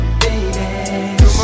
baby